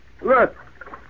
Look